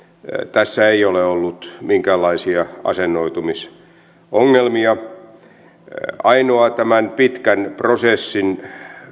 tässä ei ole ollut minkäänlaisia asennoitumisongelmia ainoa tämän pitkän prosessin